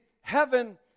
heaven